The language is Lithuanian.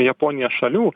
japonija šalių